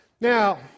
Now